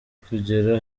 kugera